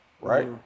right